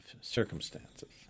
circumstances